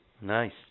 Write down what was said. Nice